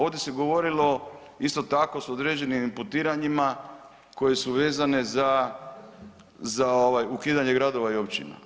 Ovdje se govorilo isto tako sa određenim imputiranjima koja su vezana za ukidanje gradova i općina.